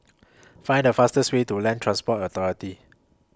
Find The fastest Way to Land Transport Authority